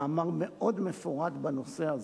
מאמר מאוד מפורט בנושא הזה,